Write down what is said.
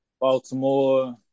Baltimore